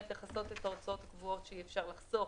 המענק של ההוצאות הקבועות היא לכסות את ההוצאות הקבועות שאי אפשר לחסוך